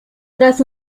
tras